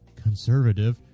conservative